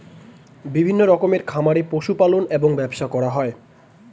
বিভিন্ন রকমের খামারে পশু পালন এবং ব্যবসা করা হয়